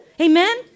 Amen